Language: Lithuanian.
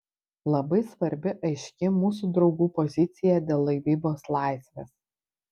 labai svarbi aiški mūsų draugų pozicija dėl laivybos laisvės